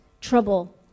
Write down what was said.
trouble